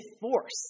force